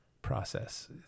process